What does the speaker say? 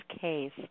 case